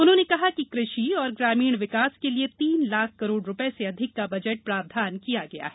उन्होंने कहा कि कृषि और ग्रामीण विकास के लिए तीन लाख करोड़ रुपये से अधिक का बजट प्रावधान किया गया है